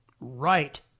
Right